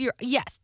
Yes